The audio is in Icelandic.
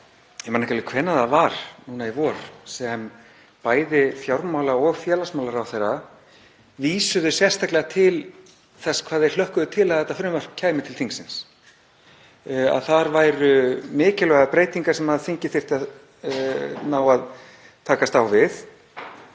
Ég man ekki alveg hvenær það var núna í vor sem bæði fjármála- og félagsmálaráðherra vísuðu sérstaklega til þess hvað þeir hlökkuðu til að þetta frumvarp kæmi til þingsins, að þar væru mikilvægar breytingar sem þingið þyrfti að ná að takast á við.